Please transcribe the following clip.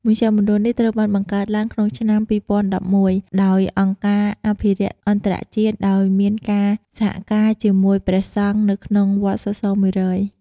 មជ្ឈមណ្ឌលនេះត្រូវបានបង្កើតឡើងក្នុងឆ្នាំ ២០១១ ដោយអង្គការអភិរក្សអន្តរជាតិដោយមានការសហការជាមួយព្រះសង្ឃនៅក្នុងវត្តសសរ ១០០ ។